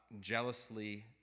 jealously